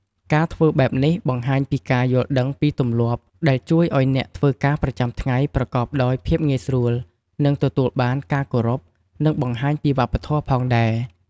ការធ្វើបែបនេះបង្ហាញពីការយល់ដឹងពីទម្លាប់ ដែលជួយឱ្យអ្នកធ្វើការប្រចាំថ្ងៃប្រកបដោយភាពងាយស្រួល និងទទួលបានការគោរព និងបង្ហាញពីវប្បធម៌ផងដែរ។